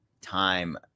time